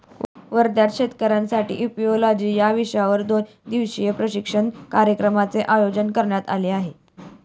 वर्ध्यातील शेतकऱ्यांसाठी इपिओलॉजी या विषयावर दोन दिवसीय प्रशिक्षण कार्यक्रमाचे आयोजन करण्यात आले आहे